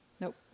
Nope